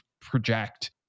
project